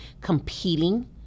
competing